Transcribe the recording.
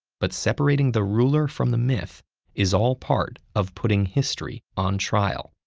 but separating the ruler from the myth is all part of putting history on trial.